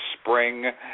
spring